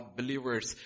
believers